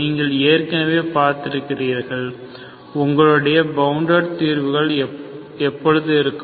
நீங்கள் ஏற்கனவே படித்திருக்கிறீர்கள் உங்களுடைய பவுண்டாட் தீர்வுகள் எப்போது இருக்கும்